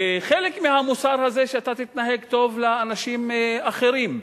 חלק מהמוסר הזה, שאתה תתנהג טוב לאנשים אחרים,